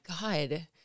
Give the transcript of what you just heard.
God